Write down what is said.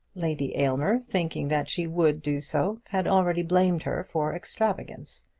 lady aylmer, thinking that she would do so, had already blamed her for extravagance.